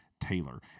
Taylor